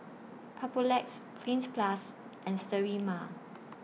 Papulex Cleanz Plus and Sterimar